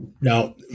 Now